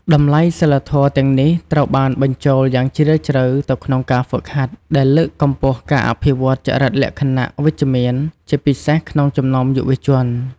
តម្លៃសីលធម៌ទាំងនេះត្រូវបានបញ្ចូលយ៉ាងជ្រាលជ្រៅទៅក្នុងការហ្វឹកហាត់ ដែលលើកកម្ពស់ការអភិវឌ្ឍន៍ចរិតលក្ខណៈវិជ្ជមាន ជាពិសេសក្នុងចំណោមយុវជន។